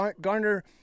Garner